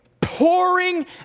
pouring